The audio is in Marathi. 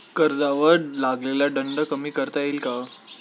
कर्जावर लागलेला दंड कमी करता येईल का?